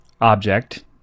object